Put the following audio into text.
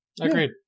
Agreed